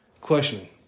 questioning